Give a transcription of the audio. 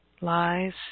lies